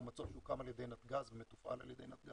הוא מצוף שהוקם על ידי נתג"ז ומתופעל על ידי נתג"ז,